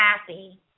happy